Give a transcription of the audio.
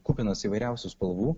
kupinas įvairiausių spalvų